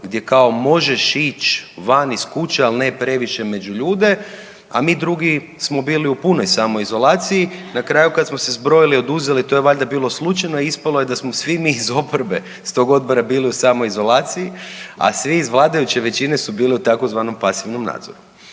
gdje kao možeš ići van iz kuće, ali ne previše među ljude, a mi drugi smo bili u punoj samoizolaciji. Na kraju, kad smo se zbrojili i oduzeli, to je valjda bilo slučajno, a ispalo je da smo svi mi iz oporbe s tog odbora bili u samoizolaciji, a svi iz vladajuće većine su bili u tzv. pasivnom nadzoru